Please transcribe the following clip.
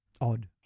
Odd